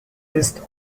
ist